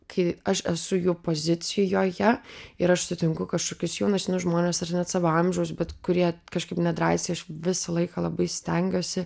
kai aš esu jų pozicijoje ir aš sutinku kažkokius jaunus žmones ar net savo amžiaus bet kurie kažkaip nedrąsiai aš visą laiką labai stengiuosi